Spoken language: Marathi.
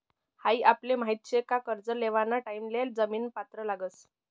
हाई आपले माहित शे का कर्ज लेवाना टाइम ले जामीन पत्र लागस